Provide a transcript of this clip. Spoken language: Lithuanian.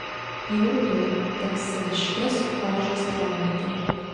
jau ruduo teks saviškes kožas traukti